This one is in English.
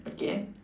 okay